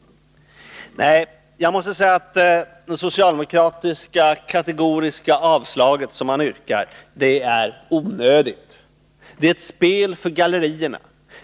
Nej, jag måste säga att det socialdemokratiska kategoriska avstyrkandet är onödigt. Det är ett spel för gallerierna.